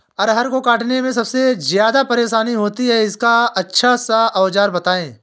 अरहर को काटने में सबसे ज्यादा परेशानी होती है इसका अच्छा सा औजार बताएं?